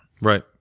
Right